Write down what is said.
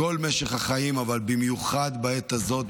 בכל משך החיים, אבל במיוחד בעת הזאת,